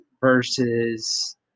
versus